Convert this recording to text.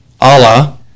Allah